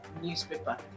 newspaper